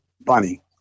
Bunny